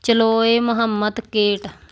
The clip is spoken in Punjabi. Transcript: ਚਲੋਇ ਮੁਹੰਮਦ ਕੇਟ